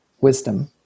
wisdom